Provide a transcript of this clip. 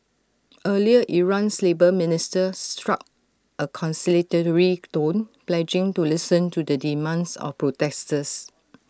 earlier Iran's labour minister struck A conciliatory tone pledging to listen to the demands of protesters